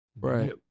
Right